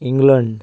England